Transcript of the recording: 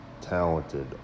talented